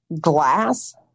Glass